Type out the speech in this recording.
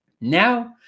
Now